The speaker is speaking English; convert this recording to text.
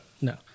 no